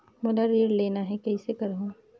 मोला ऋण लेना ह, कइसे करहुँ?